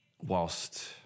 whilst